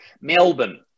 Melbourne